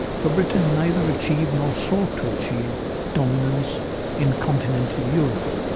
for britain neither achieved nor sought to achieve dominance in continental europe,